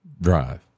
drive